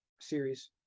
series